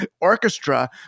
orchestra